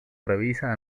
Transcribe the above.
revisa